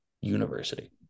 university